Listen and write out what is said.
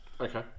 Okay